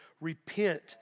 repent